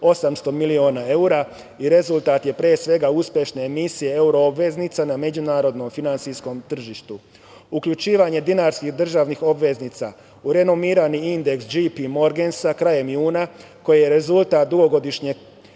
800 miliona evra i rezultat je, pre svega, uspešne emisije evroobveznica na međunarodnom finansijskom tržištu. Uključivanje dinarskih državnih obveznica u renomirani indeks Dži Pi Morgensa krajem juna, koji je rezultat dugogodišnjeg